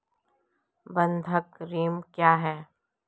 बंधक ऋण क्या है?